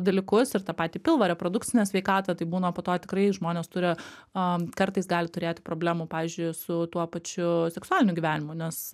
dalykus ir tą patį pilvą reprodukcinę sveikatą taip būna po to tikrai žmonės turi am kartais gali turėti problemų pavyzdžiui su tuo pačiu seksualiniu gyvenimu nes